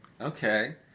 Okay